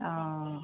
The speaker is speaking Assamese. অঁ